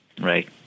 Right